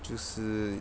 就是